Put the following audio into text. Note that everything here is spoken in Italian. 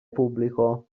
pubblico